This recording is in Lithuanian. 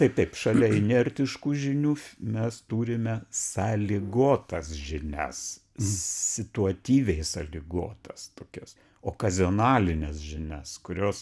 taip taip šalia inertiškų žinių mes turime sąlygotas žinias situatyviai sąlygotas tokias okazionalines žinias kurios